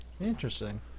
Interesting